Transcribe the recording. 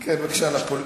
כן בבקשה, נפו,